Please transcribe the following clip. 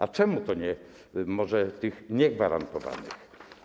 A czemu nie może tych niegwarantowanych?